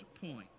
point